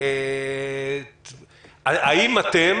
האם אתם